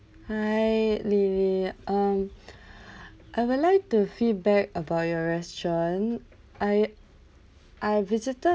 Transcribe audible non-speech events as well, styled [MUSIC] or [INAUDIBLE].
hi lily um [BREATH] I would like to feedback about your restaurant I I visited